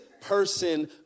person